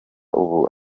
ubu